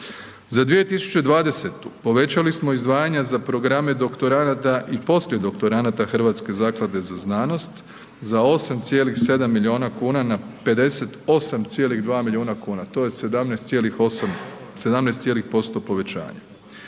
Za 2020. povećali smo izdvajanja za programa doktoranada i poslijedoktoranada Hrvatske zaklade za znanost za 8,7 milijuna kuna na 58,2 milijuna kuna, to je 17,8, 17